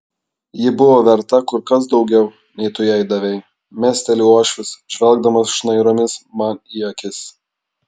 ji buvo verta kur kas daugiau nei tu jai davei mesteli uošvis žvelgdamas šnairomis man į akis